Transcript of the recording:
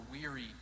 weary